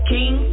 King